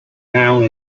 male